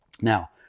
Now